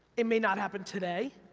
it may not happen today.